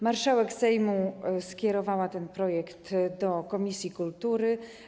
Marszałek Sejmu skierowała ten projekt do komisji kultury.